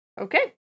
Okay